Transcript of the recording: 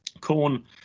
corn